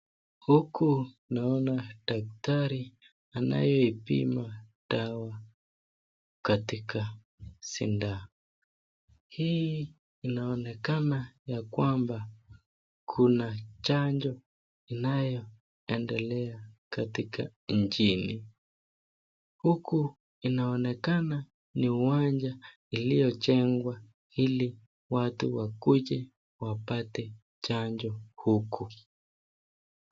Huku naona daktari anayeipima dawa katika sindano. Hii inaonekana ya kwamba kuna chanjo inayoendelea katika nchini. Huku inaonekana ni uwanja iliyojengwa ili watu wakuje wapate chanjo huku.